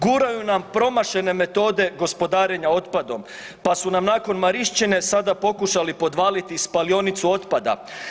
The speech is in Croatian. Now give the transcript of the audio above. Guraju nam promašene metode gospodarenja otpadom, pa su nam nakon Mariščine sada pokušali podvaliti i spalionicu otpada.